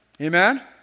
Amen